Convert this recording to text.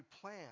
plan